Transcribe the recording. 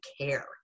care